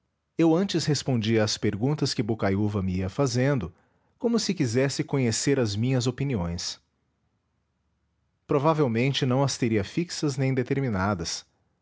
eu antes respondia às perguntas que bocaiúva me ia fazendo como se quisesse conhecer as minhas opiniões provavelmente não as teria fixas nem determinadas